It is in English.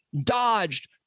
dodged